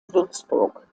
würzburg